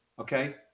okay